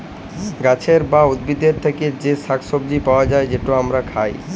গাহাচের বা উদ্ভিদের থ্যাকে যে শাক সবজি পাউয়া যায়, যেট আমরা খায়